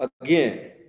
Again